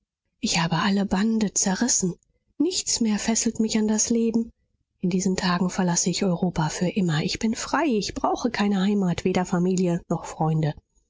ich habe alle bande zerrissen nichts mehr fesselt mich an das leben in diesen tagen verlasse ich europa für immer ich bin frei ich brauche keine heimat weder familie noch freunde